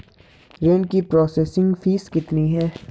ऋण की processing fees कितनी है?